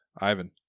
Ivan